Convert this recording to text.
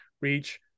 Reach